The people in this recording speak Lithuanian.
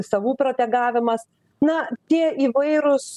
savų protegavimas na tie įvairūs